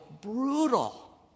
brutal